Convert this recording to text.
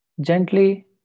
Gently